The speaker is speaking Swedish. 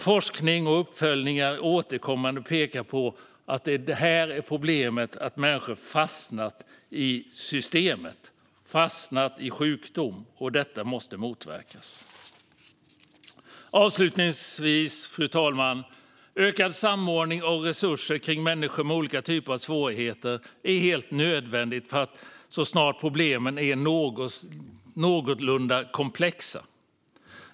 Forskning och uppföljningar pekar återkommande på att problemet är att människor fastnar i systemet. De fastnar i sjukdom, och detta måste motverkas. Fru talman! Avslutningsvis: Ökad samordning av resurser för människor med olika typer av svårigheter är helt nödvändigt så snart problemen är någorlunda komplexa.